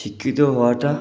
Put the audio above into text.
শিক্ষিত হওয়াটা